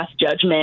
judgment